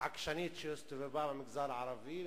עקשנית שהסתובבה במגזר הערבי,